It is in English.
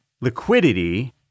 liquidity